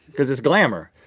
cause it's glamour.